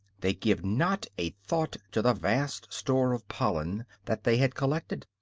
they give not a thought to the vast store of pollen that they had collected,